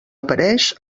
apareix